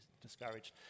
discouraged